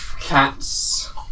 Cats